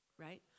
right